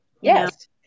Yes